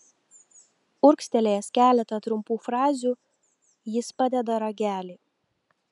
urgztelėjęs keletą trumpų frazių jis padeda ragelį